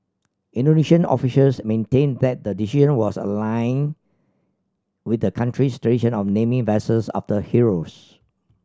Indonesian officials maintained that the decision was a line with the country's tradition of naming vessels after heroes